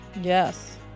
Yes